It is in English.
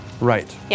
Right